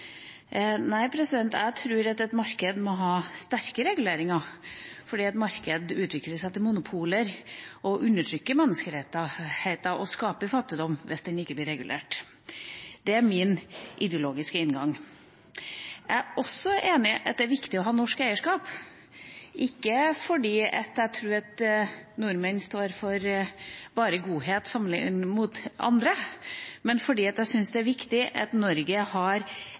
Nei, jeg tror et marked må ha sterke reguleringer fordi det utvikler seg til monopoler og undertrykker menneskerettigheter og skaper fattigdom hvis det ikke blir regulert. Det er min ideologiske inngang. Jeg er også enig i at det er viktig å ha norsk eierskap, ikke fordi jeg tror nordmenn står for bare godhet sammenlignet med andre, men fordi jeg syns det er viktig at Norge har